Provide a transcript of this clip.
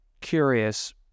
Curious